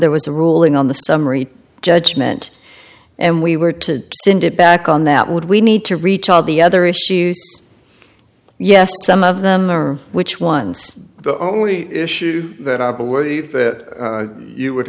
there was a ruling on the summary judgment and we were to send it back on that would we need to reach all the other issues yes some of them which ones the only issues that i believe that you would